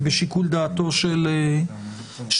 ובשיקול דעתו של השר,